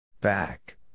Back